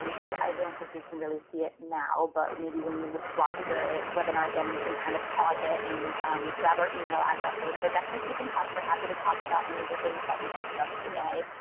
um you i don't think you can really see it now, but maybe when you watch the webinar again, you can kind of pause it and grab our email addresses, but definitely keep in touch. we're happy to talk about and any of the things that we discussed today.